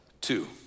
two